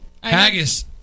Haggis